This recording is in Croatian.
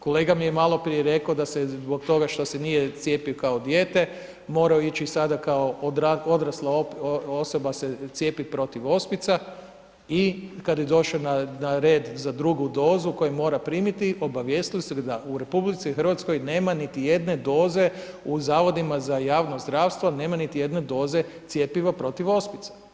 Kolega mi je malo prije rek'o da se zbog toga što se nije cijepio kao dijete, morao ići sada kao odrasla osoba se cijepit protiv ospica, i kad je došao na red za drugu dozu koju mora primiti, obavijestili su ga da u Republici Hrvatskoj nema niti jedne doze u Zavodima za javno zdravstvo, nema niti jedne doze cjepiva protiv ospica.